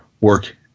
work